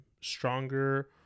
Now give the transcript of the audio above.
stronger